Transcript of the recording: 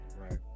Right